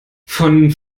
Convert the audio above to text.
von